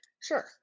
Sure